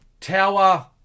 tower